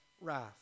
wrath